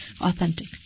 authentic